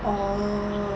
orh